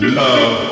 love